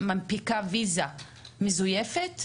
מנפיקה ויזה מזויפת?